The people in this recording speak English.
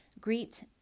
Greet